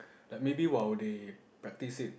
like maybe while they practise it